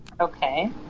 Okay